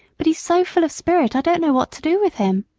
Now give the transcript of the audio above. but he's so full of spirit i don't know what to do with him.